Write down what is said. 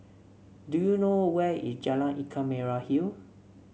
do you know where is Jalan Ikan Merah Hill